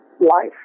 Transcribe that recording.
life